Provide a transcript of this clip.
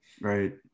right